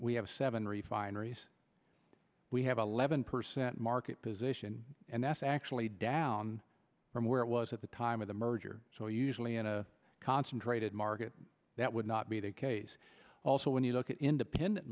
we have seven refineries we have eleven percent market position and that's actually down from where it was at the time of the merger so usually in a concentrated market that would not be the case also when you look at independent